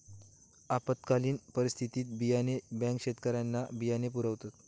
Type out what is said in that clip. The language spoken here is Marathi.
आपत्कालीन परिस्थितीत बियाणे बँका शेतकऱ्यांना बियाणे पुरवतात